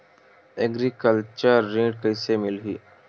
Agriculture ऋण कइसे मिलही?